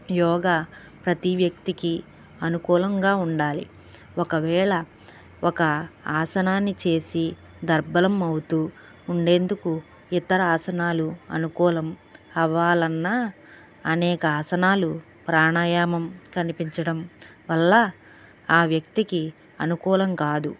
యోగా ప్రతి వ్యక్తికి అనుకూలంగా ఉండాలి ఒకవేళ ఒక ఆసనాన్ని చేసి దర్భలం అవుతూ ఉండేందుకు ఇతర ఆసనాలు అనుకూలం అవ్వాలన్నా అనేక ఆసనాలు ప్రాణాయామం కనిపించడం వల్ల ఆ వ్యక్తికి అనుకూలం కాదు